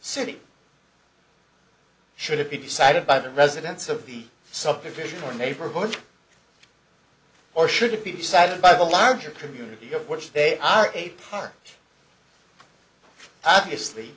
city should it be decided by the residents of the subdivision or neighborhood or should it be decided by the larger community of which they are a part